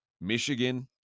Michigan